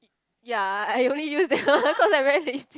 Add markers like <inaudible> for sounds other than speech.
ya I only used that one <laughs> cause I'm very lazy <laughs>